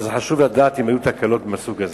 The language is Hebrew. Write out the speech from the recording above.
אבל חשוב לדעת אם היו תקלות מהסוג הזה.